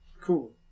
Cool